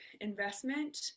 investment